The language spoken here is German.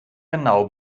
genau